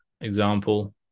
example